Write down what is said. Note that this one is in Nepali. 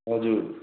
हजुर